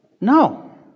No